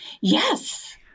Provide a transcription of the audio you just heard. Yes